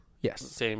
Yes